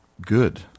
good